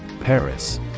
Paris